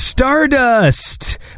Stardust